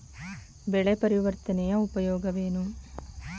ಬೆಳೆ ಪರಿವರ್ತನೆಯ ಉಪಯೋಗವೇನು?